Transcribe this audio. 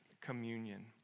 communion